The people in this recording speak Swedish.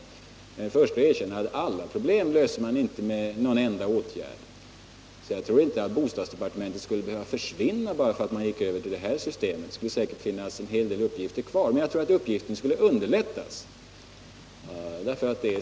Jag är den förste att erkänna att alla problem löser man inte med någon enda åtgärd, så jag tror inte att bostadsdepartementet skulle kunna försvinna bara för att man gick över till det här systemet — det skulle säkert finnas en hel del uppgifter kvar — men jag tror att uppgifterna skulle underlättas.